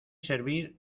servir